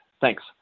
Thanks